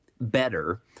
better